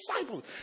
disciples